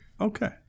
Okay